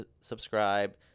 Subscribe